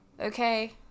Okay